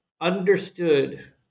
understood